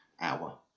hour